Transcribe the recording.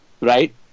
right